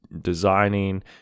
designing